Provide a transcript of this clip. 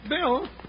Bill